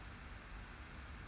mm